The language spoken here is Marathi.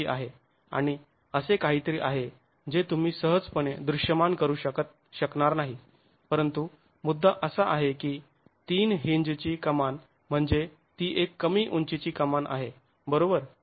इतकी आहे आणि असे काहीतरी आहे जे तुम्ही सहजपणे दृश्यमान करू शकणार नाही परंतु मुद्दा असा आहे की तीन हींजची कमांन म्हणजे ती एक कमी उंचीची कमान आहे बरोबर